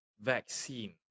vaccine